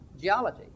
geology